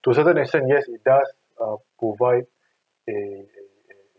to a certain extent yes it does err provide a a a